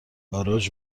گاراژ